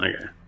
Okay